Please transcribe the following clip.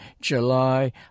July